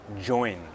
join